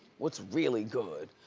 what's really good?